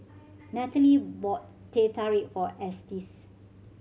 Nataly bought Teh Tarik for Estes